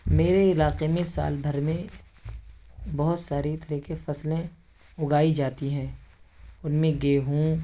میرے علاقے میں سال بھر میں بہت ساری طرح کی فصلیں اگائی جاتی ہیں ان میں گیہوں